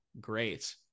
great